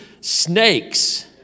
snakes